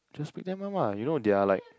just pick them up ah you know they are like